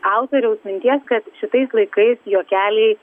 autoriaus minties kad šitais laikais juokeliai